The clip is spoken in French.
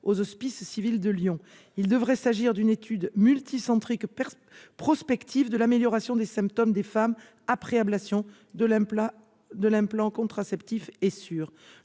aux Hospices civils de Lyon. Il devrait s'agir d'une étude multicentrique prospective de l'amélioration des symptômes des femmes après ablation de l'implant contraceptif Essure.